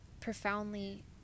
profoundly